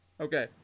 Okay